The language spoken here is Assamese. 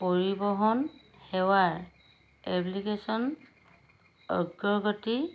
পৰিৱহণ সেৱাৰ এপ্লিকেচন অগ্ৰগতিৰ